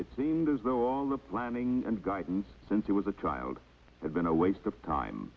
it seemed as though all the planning and guidance and she was a child had been a waste of time